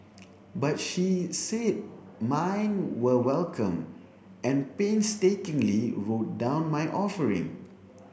but she said mine were welcome and painstakingly wrote down my offering